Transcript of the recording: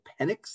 Penix